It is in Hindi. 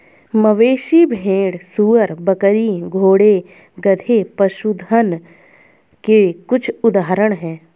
मवेशी, भेड़, सूअर, बकरी, घोड़े, गधे, पशुधन के कुछ उदाहरण हैं